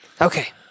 Okay